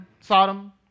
Sodom